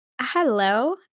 Hello